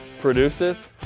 produces